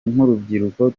nk’urubyiruko